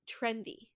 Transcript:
trendy